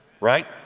Right